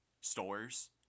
stores